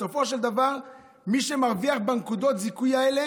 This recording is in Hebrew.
בסופו של דבר מי שמרוויח בנקודות האלה